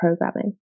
programming